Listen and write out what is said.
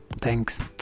thanks